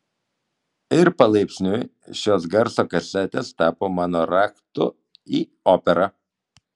ir palaipsniui šios garso kasetės tapo mano raktu į operą